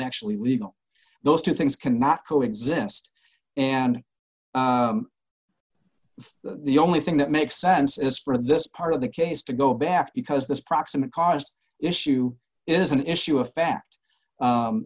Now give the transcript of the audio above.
actually legal those two things cannot co exist and the only thing that makes sense is for this part of the case to go back because this proximate cost issue is an issue of fact